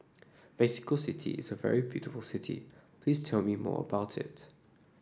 Mexico City is a very beautiful city please tell me more about it